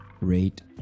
rate